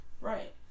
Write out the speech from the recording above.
right